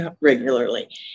regularly